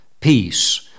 peace